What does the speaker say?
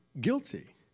guilty